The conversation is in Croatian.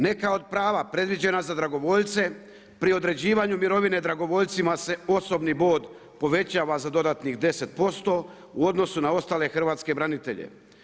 Neka od prava predviđena za dragovoljce pri određivanju mirovine dragovoljcima se osobni bod povećava za dodatnih 10% u odnosu na ostale hrvatske branitelje.